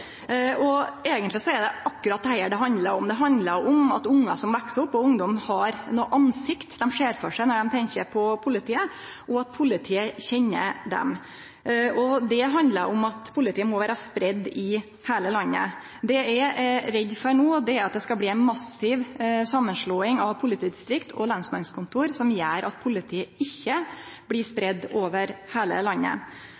faktisk. Eigentleg er det akkurat dette det handlar om. Det handlar om at barn og ungdom som veks opp, ser for seg nokre ansikt når dei tenkjer på politiet, og at politiet kjenner dei. Det handlar om at politiet må vere spreidd ut over heile landet. Det eg er redd for no, er at det skal bli ei massiv samanslåing av politidistrikt og lensmannskontor, som gjer at politiet ikkje blir